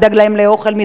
מי ידאג להם לאוכל,